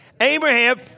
Abraham